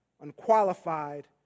unqualified